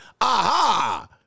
Aha